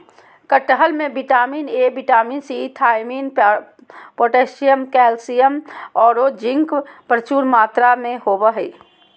कटहल में vitamin A, vitamin C, thiamine, potassium, calcium औरो जिंक प्रचुर मात्रा में होबा हइ